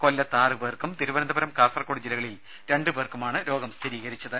കൊല്ലത്ത് ആറു പേർക്കും തിരുവനന്തപുരം കാസർകോട് ജില്ലകളിൽ രണ്ടു പേർക്കുമാണ് രോഗം സ്ഥിരീകരിച്ചത്